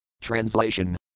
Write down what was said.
Translation